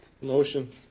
Motion